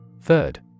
Third